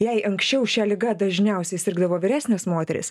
jei anksčiau šia liga dažniausiai sirgdavo vyresnės moterys